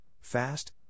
fast